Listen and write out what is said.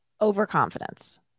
Overconfidence